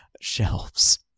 shelves